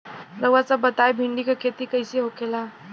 रउआ सभ बताई भिंडी क खेती कईसे होखेला?